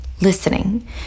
listening